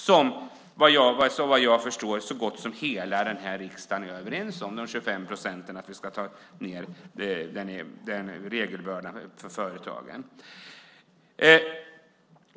Såvitt jag förstår är hela riksdagen överens om att vi ska minska regelbördan för företagen med 25 procent.